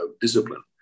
discipline